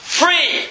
free